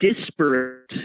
disparate